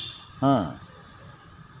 ᱦᱮᱸᱜ